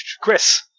Chris